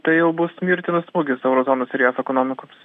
tai jau bus mirtinas smūgis euro zonos ir jav ekonomikoms